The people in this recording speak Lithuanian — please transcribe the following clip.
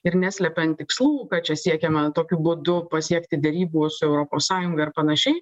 ir neslepiant tikslų kad čia siekiama tokiu būdu pasiekti derybų su europos sąjunga ir panašiai